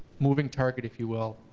moving target, if you will.